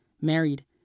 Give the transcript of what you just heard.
married